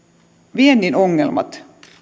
viennin ongelmat